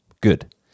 Good